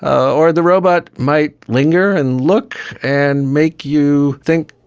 or the robot might linger and look and make you think,